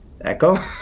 Echo